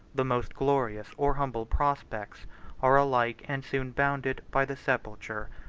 the most glorious or humble prospects are alike and soon bounded by the sepulchre.